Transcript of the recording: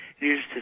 news